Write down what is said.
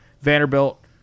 Vanderbilt